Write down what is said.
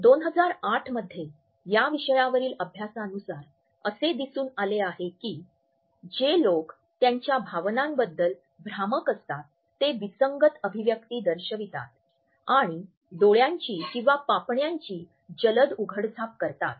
२००८ मध्ये या विषयावरील अभ्यासानुसार असे दिसून आले आहे की जे लोक त्यांच्या भावनांबद्दल भ्रामक असतात ते विसंगत अभिव्यक्ती दर्शवितात आणि डोळयांची किंवा पापण्यांची जलद उघडझाप करतात